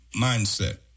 mindset